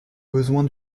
besoin